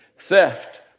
theft